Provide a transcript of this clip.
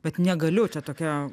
bet negaliu čia tokia